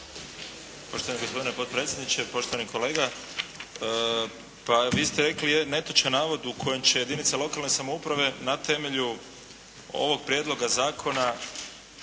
Poštovani gospodine potpredsjedniče, poštovani kolega! Pa vi ste rekli jedan netočan navod u kojem će jedinice lokalne samouprave na temelju ovog prijedloga zakona